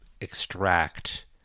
extract